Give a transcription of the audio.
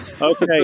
okay